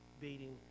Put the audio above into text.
beating